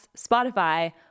Spotify